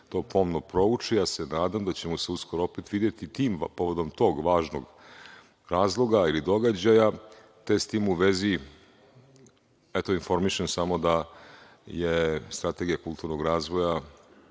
to pomno prouče i ja se nadam da ćemo se uskoro opet videti tim povodom, povodom tog važnog razloga ili događaja, te s tim u vezi eto, informišem samo da je Strategija kulturnog razvoja